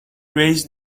raised